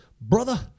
Brother